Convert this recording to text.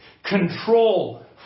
Control